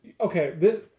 okay